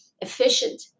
efficient